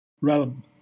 realm